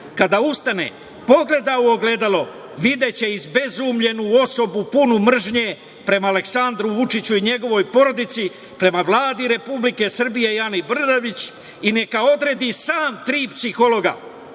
kada ustane pogleda u ogledalo, videće izbezumljenu osobu punu mržnje prema Aleksandru Vučiću i njegovoj porodici, prema Vladi Republike Srbije i Ani Brnabić i neka odredi sam tri psihologa